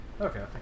Okay